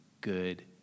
good